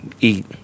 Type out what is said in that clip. eat